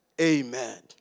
Amen